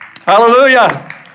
Hallelujah